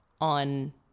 on